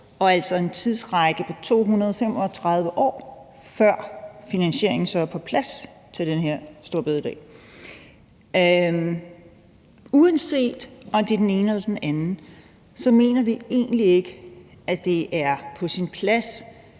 og altså et tidsrum på 235 år, før finansieringen så er på plads som alternativ til at afskaffe den her store bededag. Uanset om det er den ene eller den anden, mener vi egentlig ikke, at det er på sin plads,